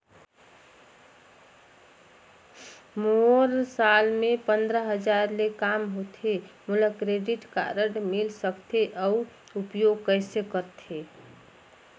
मोर साल मे पंद्रह हजार ले काम होथे मोला क्रेडिट कारड मिल सकथे? अउ उपयोग कइसे करथे?